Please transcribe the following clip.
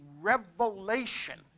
revelation